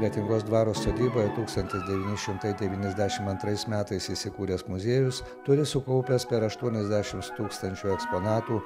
kretingos dvaro sodyboje tūkstantis devyni šimtai devyniasdešim antrais metais įsikūręs muziejus turi sukaupęs per aštuoniasdešims tūkstančių eksponatų